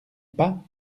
pas